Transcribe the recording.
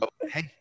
hey